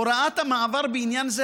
הוראת המעבר בעניין זה,